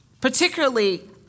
particularly